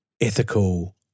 ethical